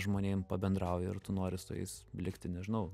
žmonėm pabendrauji ir tu nori su jais likti nežinau